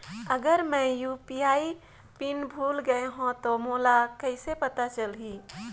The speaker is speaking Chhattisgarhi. अगर मैं यू.पी.आई पिन भुल गये हो तो मोला कइसे पता चलही?